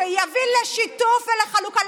שיביא לשיתוף ולחלוקה.